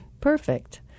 perfect